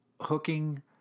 hooking